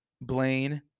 Blaine